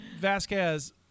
Vasquez